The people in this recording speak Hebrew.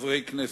חברי הכנסת,